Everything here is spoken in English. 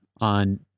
on